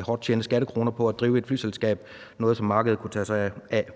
hårdt tjente skattekroner på at drive et flyselskab – noget, som markedet kunne tage sig af.